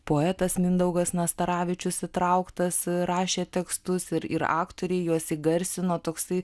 poetas mindaugas nastaravičius įtrauktas rašė tekstus ir ir aktoriai juos įgarsino toksai